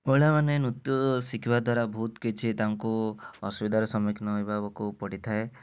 ମହିଳାମାନେ ନୃତ୍ୟ ଶିଖିବା ଦ୍ୱାରା ବହୁତ କିଛ଼ି ତାଙ୍କୁ ଅସୁବିଧାରେ ସମ୍ମୁଖୀନ ହୋଇବାକୁ ପଡ଼ିଥାଏ